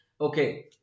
okay